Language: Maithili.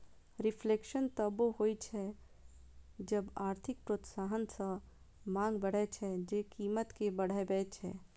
रिफ्लेशन तबो होइ छै जब आर्थिक प्रोत्साहन सं मांग बढ़ै छै, जे कीमत कें बढ़बै छै